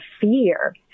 fear